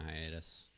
hiatus